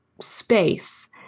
space